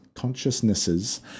consciousnesses